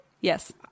yes